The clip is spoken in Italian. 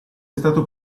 stato